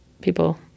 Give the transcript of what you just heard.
people